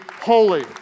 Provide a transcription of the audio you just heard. holy